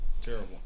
Terrible